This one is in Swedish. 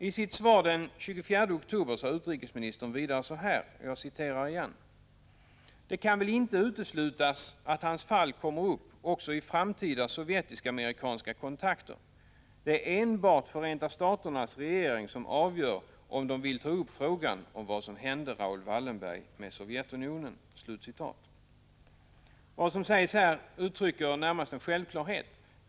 I sitt svar den 24 oktober sade utrikesministern vidare: ”Det kan väl därför inte uteslutas att hans fall kommer upp också i framtida sovjetisk-amerikanska kontakter. Det är enbart Förenta staternas regering som avgör, om den vill ta upp frågan om vad som hände Raoul Wallenberg med Sovjetunionen.” Vad som sägs här uttrycker närmast en självklarhet.